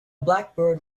blackbird